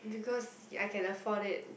because I can afford it